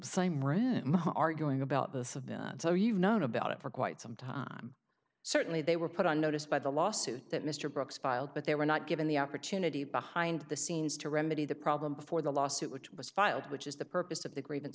same room arguing about both of them so you've known about it for quite some time certainly they were put on notice by the lawsuit that mr brooks filed but they were not given the opportunity behind the scenes to remedy the problem before the lawsuit which was filed which is the purpose of